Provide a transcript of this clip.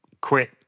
quit